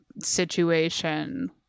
situation